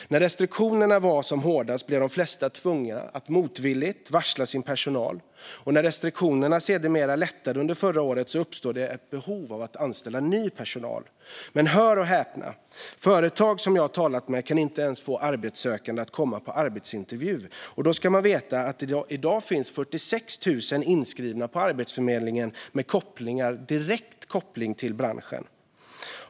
När restriktionerna var som hårdast blev de flesta tvungna att motvilligt varsla sin personal. När restriktionerna sedermera lättade under förra året uppstod ett behov av att anställa ny personal. Men hör och häpna: företag som jag har talat med kan inte ens få arbetssökande att komma på arbetsintervju. Och då ska man veta att det i dag finns 46 000 personer inskrivna på Arbetsförmedlingen som har en direkt koppling till branschen.